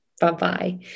Bye-bye